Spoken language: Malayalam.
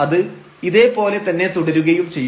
അത് ഇതേ പോലെ തന്നെ തുടരുകയും ചെയ്യും